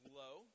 low